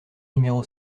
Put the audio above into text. numéro